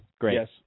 great